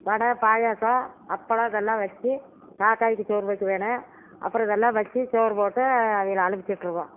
வடை பாயசம் அப்பளம் இதெல்லாம் வச்சு காக்காய்க்கு சோறு வைக்கவேணும் அப்புறம் இதெல்லாம் வச்சு சோறு போட்டு அவிகளை அனுப்பிச்சிவிட்டுருவோம்